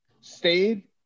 stayed